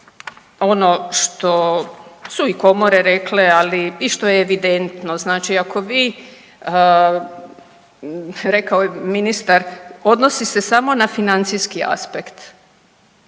ono što su i komore rekle ali i što je evidentno. Znači ako vi, rekao je ministar odnosi se samo na financijski aspekt.